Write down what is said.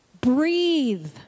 Breathe